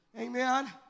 Amen